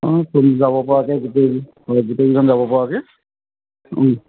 অঁ সব যাব পৰাকৈ গোটেই হয় গোটেইকেইজন যাব পৰাকৈ